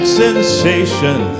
sensation